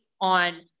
on